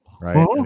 right